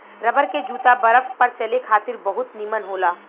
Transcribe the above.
rubber के जूता बरफ पर चले खातिर बहुत निमन होला